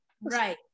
right